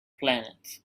planet